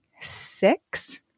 Six